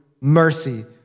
mercy